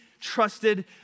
trusted